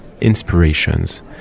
inspirations